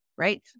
right